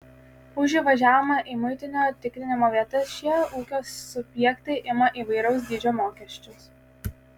už įvažiavimą į muitinio tikrinimo vietas šie ūkio subjektai ima įvairaus dydžio mokesčius